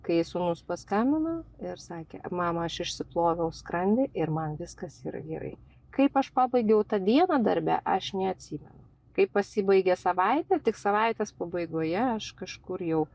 kai sūnus paskambino ir sakė mama aš išsiploviau skrandį ir man viskas yra gerai kaip aš pabaigiau tą dieną darbe aš neatsimenu kaip pasibaigė savaitė tik savaitės pabaigoje aš kažkur jau